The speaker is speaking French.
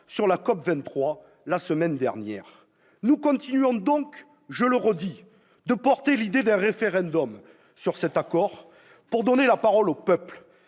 sur la COP23 la semaine dernière. Nous continuons donc, je le répète, de défendre l'idée d'un référendum, pour donner la parole au peuple